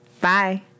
Bye